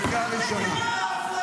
מה קורה פה?